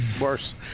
Worse